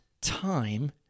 time